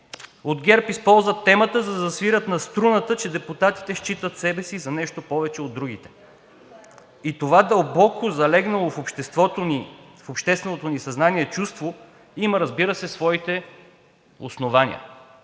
От ГЕРБ използват темата, за да засвирят на струната, че депутатите считат себе си за нещо повече от другите. И това дълбоко залегнало в обществото ни, в общественото ни съзнание чувство има, разбира се, своите основания.